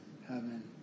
heaven